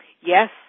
Yes